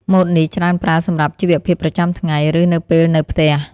ម៉ូតនេះច្រើនប្រើសម្រាប់ជីវភាពប្រចាំថ្ងៃ ឬនៅពេលនៅផ្ទះ។